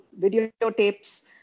videotapes